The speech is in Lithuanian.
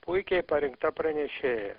puikiai parinkta pranešėja